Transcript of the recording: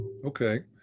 Okay